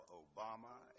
obama